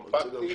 קומפקטי,